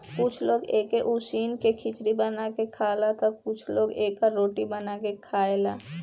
कुछ लोग एके उसिन के खिचड़ी बना के खाला तअ कुछ लोग एकर रोटी बना के खाएला